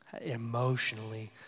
Emotionally